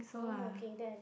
oh okay then I just